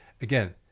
again